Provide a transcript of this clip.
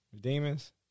Demons